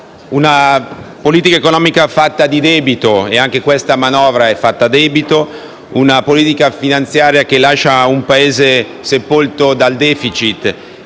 una politica economica fallimentare, fatta di debito (anche questa manovra è fatta a debito), di una politica finanziaria che lascia un Paese sepolto dal *deficit*,